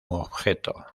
objeto